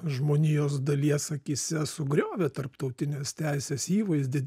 žmonijos dalies akyse sugriovė tarptautinės teisės įvaizdį